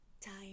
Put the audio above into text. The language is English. time